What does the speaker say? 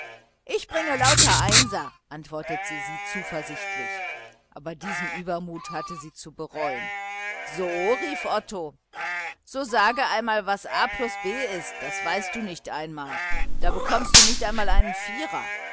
ich bringe lauter einser antwortete sie zuversichtlich aber diesen übermut hatte sie zu bereuen so rief otto so sage einmal was a plus b ist das weißt du nicht einmal da bekommst du unbedingt einen vierer